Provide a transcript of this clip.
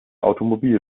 automobil